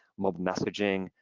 mobile messaging,